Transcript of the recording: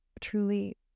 truly